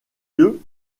lieu